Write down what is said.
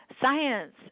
science